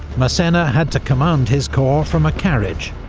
massena had to command his corps from a carriage.